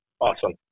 Awesome